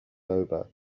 over